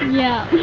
yeah.